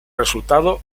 resultado